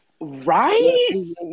Right